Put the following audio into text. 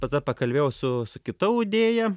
tada pakalbėjau su su kita audėja